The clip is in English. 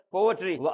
Poetry